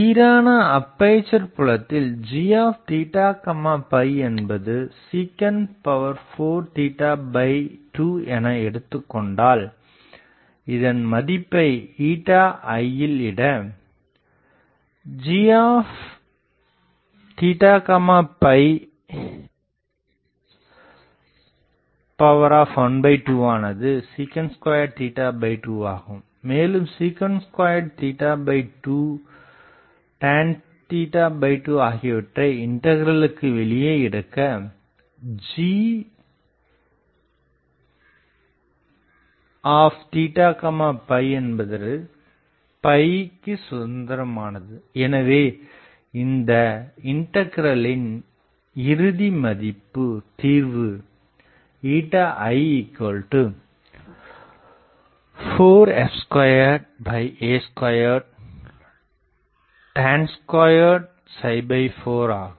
சீரானஅப்பேசர் புலத்தில் g என்பது sec42 என எடுத்துக் கொண்டால் இதன் மதிப்பை i யில் இட g12 வானது sec22ஆகுவும் மேலும் sec22 tan2ஆகியவற்றை இண்டகிறளுக்கு வெளியே எடுக்க g என்பது ற்கு சுதந்திரமானது எனவே இந்த இண்டெகிரலில் அதன் இறுதி தீர்வு i4f2a2tan24 ஆகும்